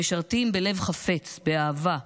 הם משרתים בלב חפץ, באהבה.